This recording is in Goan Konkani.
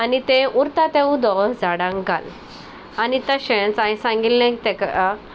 आनी तें उरता तें उदक झाडांक घाल आनी तशेंच हांयें सांगिल्लें तेका